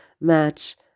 match